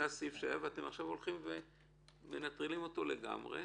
זה הסעיף שהיה ואתם עכשיו מנטרלים אותו לגמרי.